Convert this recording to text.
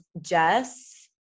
Jess